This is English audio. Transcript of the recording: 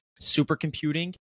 supercomputing